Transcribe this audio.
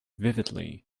vividly